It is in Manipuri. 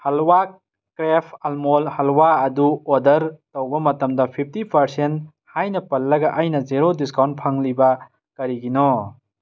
ꯍꯜꯋꯥ ꯀ꯭ꯔꯦꯐ ꯑꯜꯃꯣꯜ ꯍꯜꯋꯥ ꯑꯗꯨ ꯑꯣꯗꯔ ꯇꯧꯕ ꯃꯇꯝꯗ ꯐꯤꯞꯇꯤ ꯄꯥꯔꯁꯦꯟ ꯍꯥꯏꯅ ꯄꯜꯂꯒ ꯑꯩꯅ ꯖꯦꯔꯣ ꯗꯤꯁꯀꯥꯎꯟ ꯐꯪꯂꯤꯕ ꯀꯔꯤꯒꯤꯅꯣ